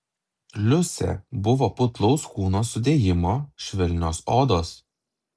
liusė buvo putlaus kūno sudėjimo švelnios odos